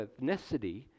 ethnicity